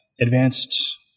advanced